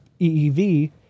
EEV